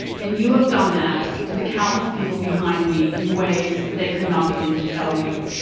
and you have done that to the countless people behind me in ways that they could not begin to tell you.